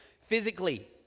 physically